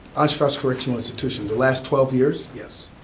oshkosh correctional institution, the last twelve years, yes.